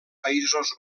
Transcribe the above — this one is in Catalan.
països